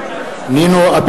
(קורא בשמות חברי הכנסת) נינו אבסדזה,